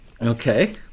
Okay